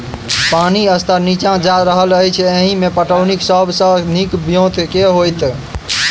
पानि स्तर नीचा जा रहल अछि, एहिमे पटौनीक सब सऽ नीक ब्योंत केँ होइत?